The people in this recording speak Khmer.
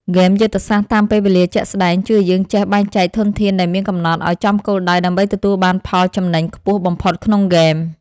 ហ្គេមយុទ្ធសាស្ត្រតាមពេលវេលាជាក់ស្តែងជួយឱ្យយើងចេះបែងចែកធនធានដែលមានកំណត់ឱ្យចំគោលដៅដើម្បីទទួលបានផលចំណេញខ្ពស់បំផុតក្នុងហ្គេម។